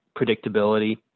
predictability